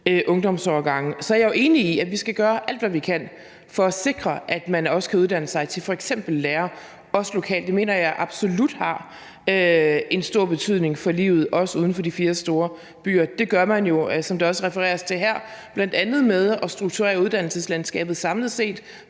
Så er jeg jo enig i, at vi skal gøre alt, hvad vi kan, for at sikre, at man også kan uddanne sig til f.eks. lærer – også lokalt. Det mener jeg absolut har en stor betydning for livet også uden for de fire største byer. Det gør man jo, som der også refereres til her, bl.a. ved at strukturere uddannelseslandskabet samlet set